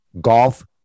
golf